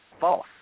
false